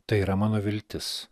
tai yra mano viltis